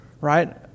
right